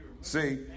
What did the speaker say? See